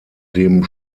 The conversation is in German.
dem